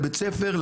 לבית הספר,